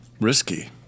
Risky